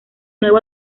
nuevo